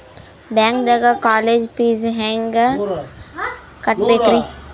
ಬ್ಯಾಂಕ್ದಾಗ college fees ಹೆಂಗ್ ಕಟ್ಟ್ಬೇಕ್ರಿ?